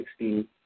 2016